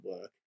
work